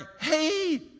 hey